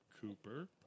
Cooper